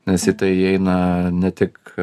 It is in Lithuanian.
nes į tai įeina ne tik